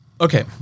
Okay